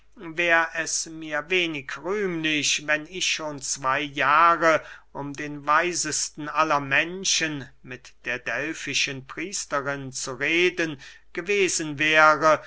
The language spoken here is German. wär es mir wenig rühmlich wenn ich schon zwey jahre um den weisesten aller menschen mit der delfischen priesterin zu reden gewesen wäre